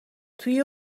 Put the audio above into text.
توی